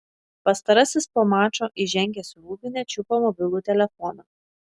pastarasis po mačo įžengęs į rūbinę čiupo mobilų telefoną